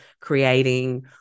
creating